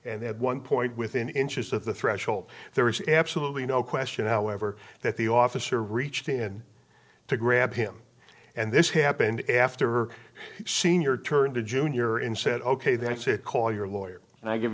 and that one point within inches of the threshold there is absolutely no question however that the officer reached in to grab him and this happened after senior turned a junior in said ok then to call your lawyer and i give